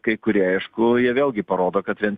kai kurie aišku jie vėlgi parodo kad vien